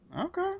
Okay